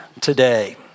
today